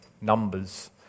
numbers